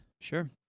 Sure